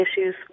issues